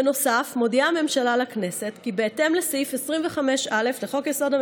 בנוסף מודיעה הממשלה לכנסת כי בהתאם לסעיף 25(א) לחוק-יסוד: